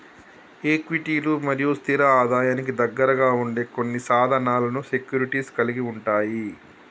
ఈక్విటీలు మరియు స్థిర ఆదాయానికి దగ్గరగా ఉండే కొన్ని సాధనాలను సెక్యూరిటీస్ కలిగి ఉంటయ్